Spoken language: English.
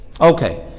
Okay